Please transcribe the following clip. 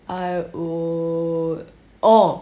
I would orh